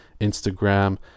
instagram